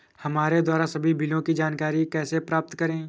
हमारे द्वारा सभी बिलों की जानकारी कैसे प्राप्त करें?